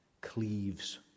cleaves